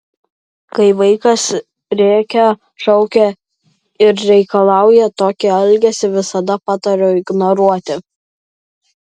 kai vaikas rėkia šaukia ir reikalauja tokį elgesį visada patariu ignoruoti